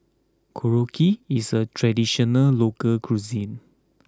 Korokke is a traditional local cuisine